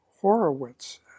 Horowitz